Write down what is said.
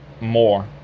more